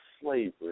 slavery